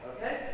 Okay